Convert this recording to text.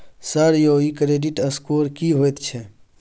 Sir यौ इ credit score की होयत छै?